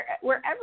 wherever